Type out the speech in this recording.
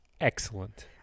excellent